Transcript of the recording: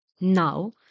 Now